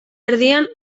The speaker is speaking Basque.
erdian